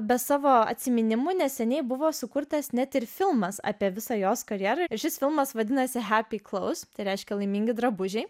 be savo atsiminimų neseniai buvo sukurtas net ir filmas apie visą jos karjerą šis filmas vadinasi tai reiškia laimingi drabužiai